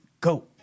Go